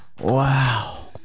Wow